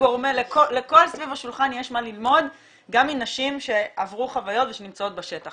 לכל סביב השולחן יש מה ללמוד גם מנשים שעברו חוויות ושנמצאות בשטח.